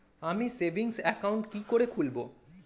আমি savings account কি করে খুলব?